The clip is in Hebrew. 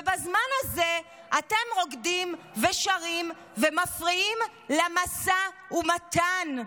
ובזמן הזה אתם רוקדים ושרים ומפריעים למשא ומתן.